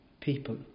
people